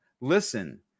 listen